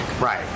Right